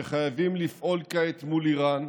שחייבים לפעול כעת מול איראן,